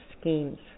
schemes